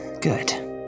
Good